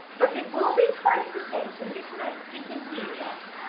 but it will be twice the same so listen and if you can hear that